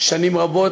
שנים רבות,